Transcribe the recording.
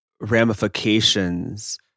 ramifications